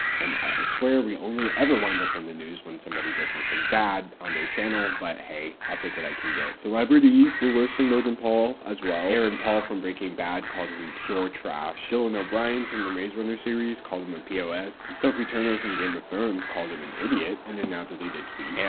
and i swear we only ever wind up in the news when somebody does something bad on their channel, but hey, i'll take what i can get. celebrities were cursing logan paul as well. aaron paul from breaking bad called him, pure trash. dylan o'brien from the maze runner series called him a and pos. sophie turner from game of thrones called him an idiot in the now deleted tweet. yeah